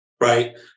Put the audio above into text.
right